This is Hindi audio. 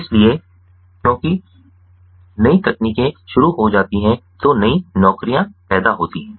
इसलिए क्योंकि कि नई तकनीकें शुरू हो जाती हैं तो नई नौकरियां पैदा होती हैं